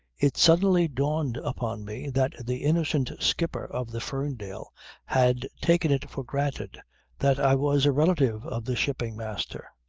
it suddenly dawned upon me that the innocent skipper of the ferndale had taken it for granted that i was a relative of the shipping master!